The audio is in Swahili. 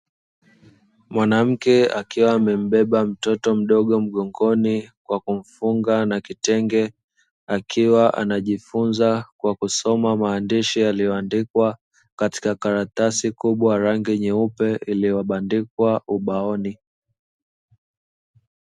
Mwanamke akiwa amembeba mtoto mdogo mgongoni kwa kumfunga kwa kitenge, akiwa anajifunza kwa kusoma maandishi yaliyo andikwa katika karatasi kubwa ya rangi nyeupe iliyo bandikwa ubaoni